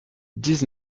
dix